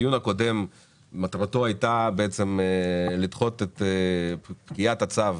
מטרתו של הדיון הקודם הייתה לדחות את פקיעת הצו